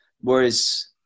Whereas